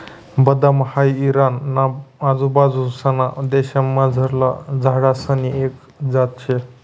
बदाम हाई इराणा ना आजूबाजूंसना देशमझारला झाडसनी एक जात शे